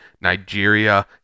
Nigeria